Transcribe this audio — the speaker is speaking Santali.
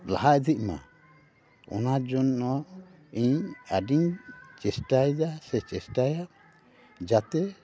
ᱞᱟᱦᱟ ᱤᱫᱤᱜ ᱢᱟ ᱚᱱᱟ ᱡᱚᱱᱱᱚ ᱤᱧ ᱟᱹᱰᱤᱧ ᱪᱮᱥᱴᱟᱭᱮᱫᱟ ᱥᱮ ᱪᱮᱥᱴᱟᱭᱟ ᱡᱟᱛᱮ